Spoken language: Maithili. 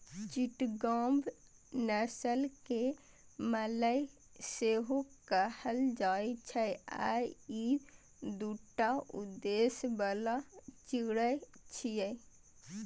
चिटगांव नस्ल कें मलय सेहो कहल जाइ छै आ ई दूटा उद्देश्य बला चिड़ै छियै